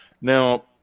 now